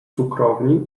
cukrowni